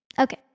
Okay